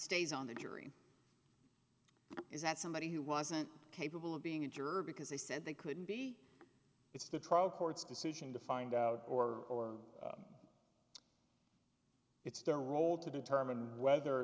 stays on the jury is that somebody who wasn't capable of being a jerk because they said they couldn't be it's the trial court's decision to find out or it's their role to determine whether